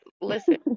Listen